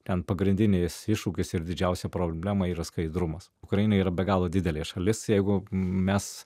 ten pagrindinis iššūkis ir didžiausia problema yra skaidrumas ukraina yra be galo didelė šalis jeigu mes